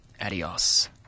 adios